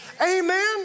Amen